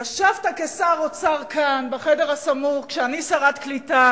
יש לי הסקרים של דעת הציבור כלפי חברי הכנסת.